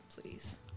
please